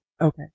okay